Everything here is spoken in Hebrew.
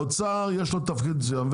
האוצר יש לו תפקיד מסוים,